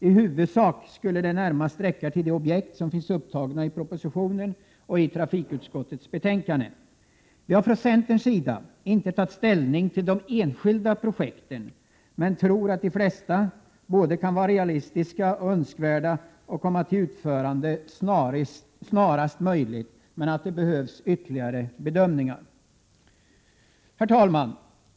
I huvudsak skulle det närmast räcka till de objekt som finns upptagna i propositionen och i trafikutskottets betänkande. Vi har från centerns sida inte tagit ställning till de enskilda projekten men tror att de flesta är realistiska och anser det önskvärt att de kommer till utförande snarast möjligt. Det behövs emellertid ytterligare bedömningar. Herr talman!